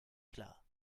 klar